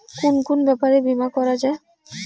কুন কুন ব্যাপারে বীমা করা যায়?